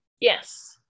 Yes